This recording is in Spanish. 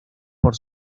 por